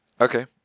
Okay